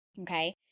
Okay